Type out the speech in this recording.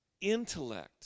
intellect